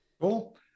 cool